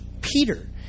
Peter